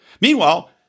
Meanwhile